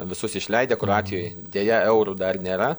visus išleidę kroatijoj deja eurų dar nėra